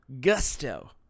gusto